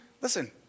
Listen